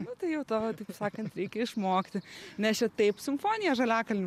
nu tai jau to taip sakant reikia išmokti nes čia taip simfonija žaliakalny